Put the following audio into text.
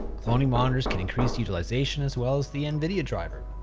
cloning monitors can increase utilization, as well as the nvidia driver.